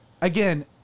again